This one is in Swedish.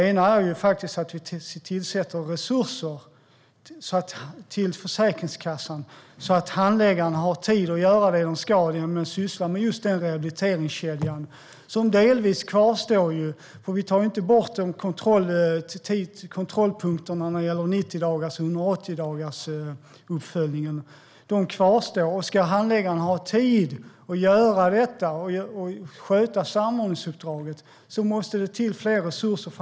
En åtgärd är att vi tillför resurser till Försäkringskassan så att handläggarna har tid att göra det de ska, nämligen att syssla med rehabiliteringskedjan som delvis kvarstår. Vi tar inte bort kontrollpunkterna med 90-dagarsuppföljningen och 180-dagarsuppföljningen. De kvarstår. Ska handläggarna ha tid att göra detta och sköta samordningsuppdraget måste det till mer resurser.